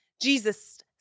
Jesus